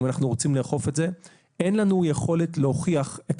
אם אנחנו רוצים לאכוף את זה אין לנו יכולת להוכיח את